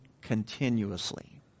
continuously